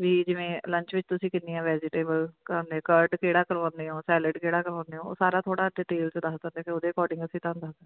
ਵੀ ਜਿਵੇਂ ਲੰਚ ਵਿੱਚ ਤੁਸੀਂ ਕਿੰਨੀਆਂ ਵੈਜੀਟੇਬਲ ਕਰਨੇ ਕਰਡ ਕਿਹੜਾ ਕਰਵਾਉਂਨੇ ਹੋ ਸੈਲਡ ਕਿਹੜਾ ਕਰਵਾਉਂਨੇ ਹੋ ਉਹ ਸਾਰਾ ਥੋੜ੍ਹਾ ਡਿਟੇਲ 'ਚ ਦੱਸ ਦਿੰਦੇ ਉਹਦੇ ਅਕੋਡਿੰਗ ਅਸੀਂ ਤੁਹਾਨੂੰ ਦਸ ਦਿੰਦੇ